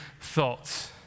thoughts